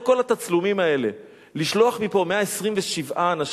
כל התצלומים האלה לשלוח מפה 127 אנשים,